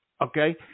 Okay